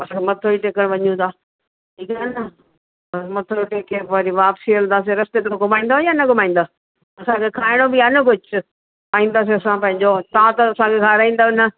असां मथो ई टेकण वञूं था ठीकु आहे न त मथो टेके वरी वापसी हलंदासीं रस्ते ते पोइ घुमाईंदो या न घुमाईंदो असांखे खाइणो बि आहे न कुझु खाईंदासीं असां पंहिंजो तव्हां त असांजे साण रहंदो न